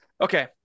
Okay